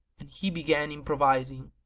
and he began improvising,